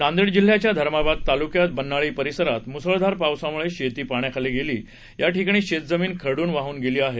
नांदेड जिल्ह्याच्या धर्माबाद तालुक्यात बन्नाळी परिसरात मुसळधार पावसामुळे शेती पाण्याखाली तर काही ठिकाणी शेतजमीन खरडून वाहून गेली आहे